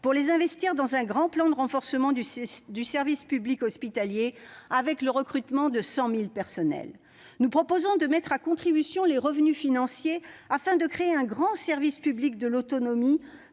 pour les investir dans un grand plan de renforcement du service public hospitalier, avec le recrutement de 100 000 personnels. Nous proposons également de mettre à contribution les revenus financiers afin de créer un grand service public de l'autonomie,